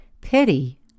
Pity